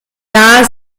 jahr